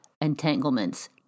entanglements